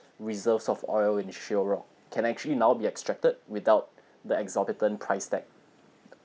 reserves of oil in shale rock can actually now be extracted without the exorbitant price tag